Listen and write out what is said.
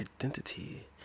identity